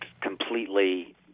completely